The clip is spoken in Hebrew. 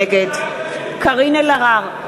נגד קארין אלהרר,